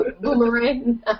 Boomerang